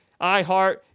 iHeart